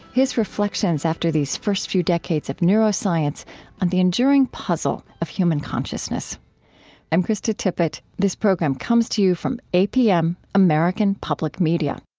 his reflections after these first few decades of neuroscience on the enduring puzzle of human consciousness i'm krista tippett. this program comes to you from apm, american public media